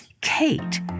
Kate